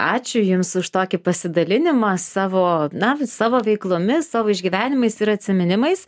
ačiū jums už tokį pasidalinimą savo na savo veiklomis savo išgyvenimais ir atsiminimais